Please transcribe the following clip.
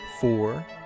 Four